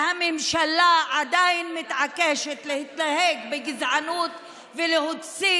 והממשלה עדיין מתעקשת להתנהג בגזענות ולהוציא